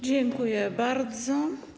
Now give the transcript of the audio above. Dziękuję bardzo.